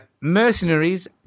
Mercenaries